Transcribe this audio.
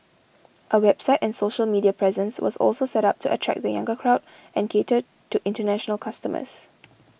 a website and social media presence was also set up to attract the younger crowd and cater to international customers